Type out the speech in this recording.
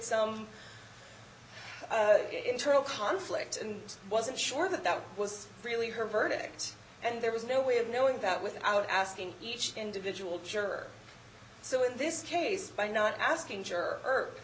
some two internal conflict and i wasn't sure that that was really her verdict and there was no way of knowing that without asking each individual juror so in this case by not asking